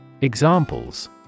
Examples